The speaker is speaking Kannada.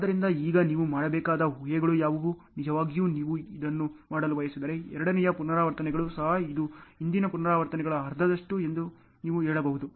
ಆದ್ದರಿಂದ ಈಗ ನೀವು ಮಾಡಬೇಕಾದ ಊಹೆಗಳು ಯಾವುವು ನಿಜವಾಗಿಯೂ ನೀವು ಇದನ್ನು ಮಾಡಲು ಬಯಸಿದರೆ ಎರಡನೆಯ ಪುನರಾವರ್ತನೆಗಳು ಸಹ ಇದು ಹಿಂದಿನ ಪುನರಾವರ್ತನೆಗಳ ಅರ್ಧದಷ್ಟು ಎಂದು ನೀವು ಹೇಳಬಹುದು